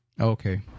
Okay